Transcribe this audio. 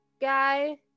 guy